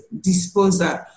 disposal